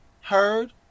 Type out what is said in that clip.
heard